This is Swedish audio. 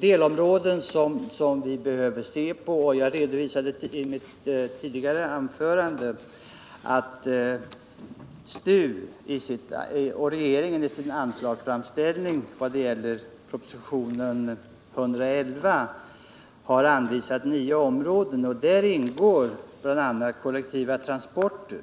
delområden som vi behöver titta på. Jag redovisade i mitt tidigare anförande att STU och regeringen i sin anslagsframställning vad gäller propositionen 111 har anvisat 9 områden, och där ingår bl.a. kollektivtransporter.